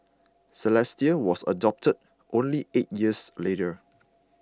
Celeste was adopted only eight years later